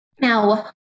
Now